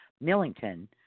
Millington